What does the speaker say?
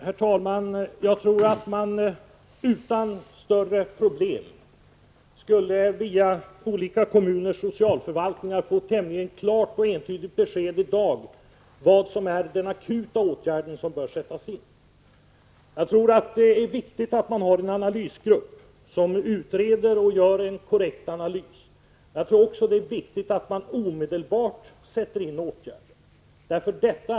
Herr talman! Jag tror att man i dag via olika kommuners socialförvaltningar utan några större problem skulle kunna få ett tämligen klart och entydigt besked om vilka åtgärder som akut bör sättas in. Det är viktigt att ha en analysgrupp för att vi skall få en korrekt analys. Det är också viktigt att omedelbart sätta in åtgärder.